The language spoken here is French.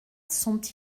sont